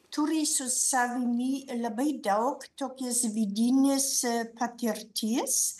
turi su savimi labai daug tokias vidinės patirties